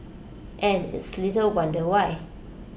and it's little wonder why